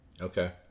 Okay